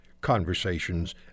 conversations